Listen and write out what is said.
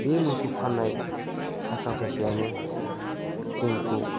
बे मोसौ फाननाय थाखा फैसायानो जोंखौ